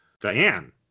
Diane